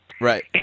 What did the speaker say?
Right